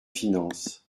finances